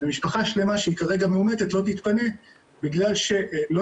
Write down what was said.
ומשפחה שלמה שהיא כרגע מאומתת לא תתפנה בגלל שלא